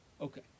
Okay